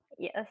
Yes